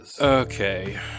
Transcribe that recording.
Okay